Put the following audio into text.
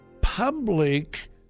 public